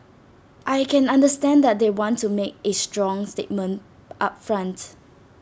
I can understand that they want to make A strong statement up front